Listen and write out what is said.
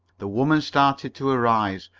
the woman started to arise,